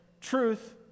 Truth